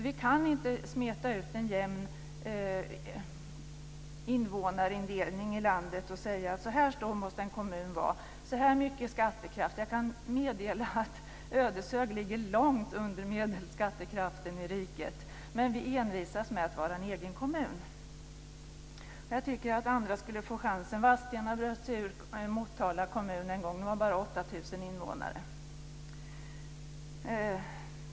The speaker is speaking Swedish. Vi kan inte smeta ut en jämn invånarindelning i landet och säga: Så här stor måste en kommun vara med så här stor skattekraft. Jag kan meddela att Ödeshög ligger långt under medelskattekraften i riket, men vi envisas med att vara en egen kommun. Jag tycker att andra skulle få chansen. Vadstena bröt sig ur Motala kommun en gång. Det vara bara 8 000 invånare.